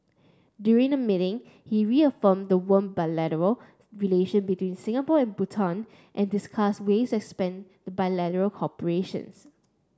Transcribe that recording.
during the meeting he reaffirmed the warm bilateral relation between Singapore and Bhutan and discussed ways expand cooperation